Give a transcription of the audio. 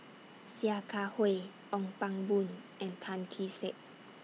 Sia Kah Hui Ong Pang Boon and Tan Kee Sek